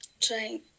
trying